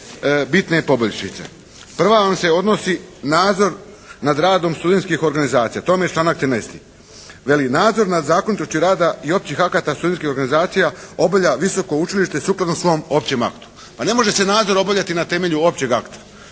bitne poboljšice. Prva vam se odnosi nadzor nad radom studentskih organizacija. To vam je članak 13. Veli nadzor nad zakonitošću rada i općih akata studentskih organizacija obavlja visoko učilište sukladno svom općem aktu. Pa ne može se nadzor obavljati na temelju općeg akta.